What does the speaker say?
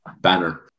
banner